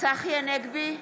צחי הנגבי,